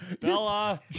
Bella